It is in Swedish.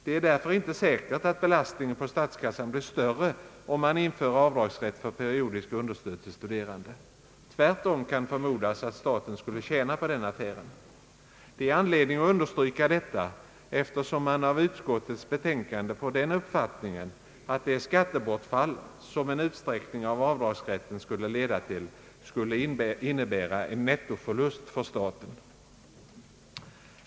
Det är därför inte säkert att belastningen på statskassan blir större, om man inför avdragsrätt för periodiska understöd till studerande. Tvärtom kan förmodas att staten skulle tjäna på den affären. Det är anledning att understryka detta, eftersom man av utskottets betänkande får den uppfattningen att det skattebortfall, som en utsträckning av avdragsrätten skulle leda till, skulle innebära en nettoförlust för staten.